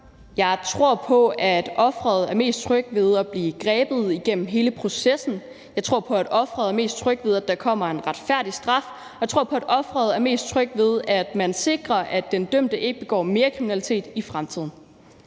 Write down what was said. Jeg tror på, at offeret er mest tryg ved at blive grebet igennem hele processen. Jeg tror på, at offeret er mest tryg ved, at der kommer en retfærdig straf. Og jeg tror på, at offeret er mest tryg ved, at man sikrer, at den dømte ikke begår mere kriminalitet i fremtiden.